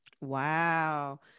Wow